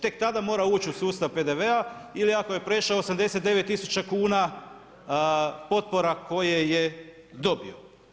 Tek tada mora ući u sustav PDV-a ili ako je prešao 89 tisuća kuna potpora koje je dobio.